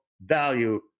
value